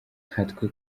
nkatwe